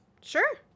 Sure